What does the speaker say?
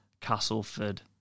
Castleford